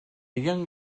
young